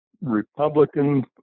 Republican